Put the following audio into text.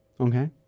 okay